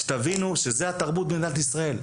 שתבינו, שזו התרבות במדינת ישראל.